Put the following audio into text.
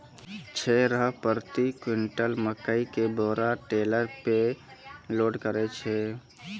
छह रु प्रति क्विंटल मकई के बोरा टेलर पे लोड करे छैय?